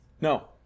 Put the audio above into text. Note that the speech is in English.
No